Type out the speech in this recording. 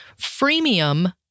Freemium